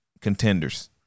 contenders